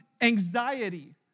anxiety